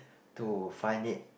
to find it